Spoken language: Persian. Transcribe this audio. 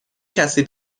کسی